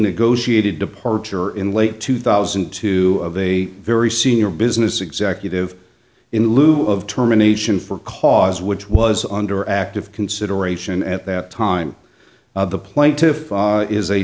negotiated departure in late two thousand and two a very senior business executive in lieu of terminations for cause which was under active consideration at that time the